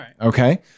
Okay